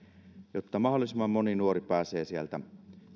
jotta mahdollisimman moni nuori pääsee sieltä